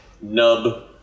nub